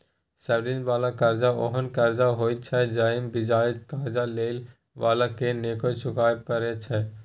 subsidy बला कर्जा ओहेन कर्जा होइत छै जइमे बियाज कर्जा लेइ बला के नै चुकाबे परे छै